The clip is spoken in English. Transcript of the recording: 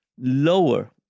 lower